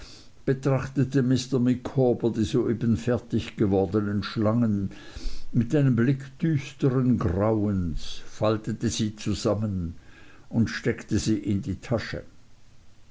die soeben fertig gewordenen schlangen mit einem blick düstern grauens faltete sie zusammen und steckte sie in die tasche